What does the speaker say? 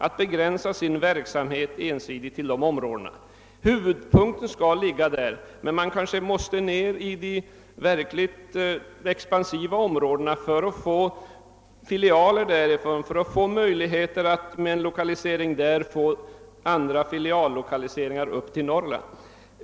Huvudparten skall ligga i de sysselsättningssvaga områdena, men man kanske måste gå ned i de verkligt expansiva områdena för att kunna skapa möjligheter att genom en lokalisering dit få andra filiallokaliseringar till Norrland.